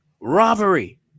robbery